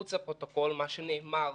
מחוץ לפרוטוקול נאמר